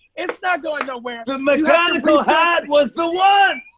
it's not going nowhere. the mechanical hat was the one!